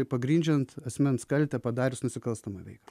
pagrindžiant asmens kaltę padarius nusikalstamą veiką